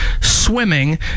swimming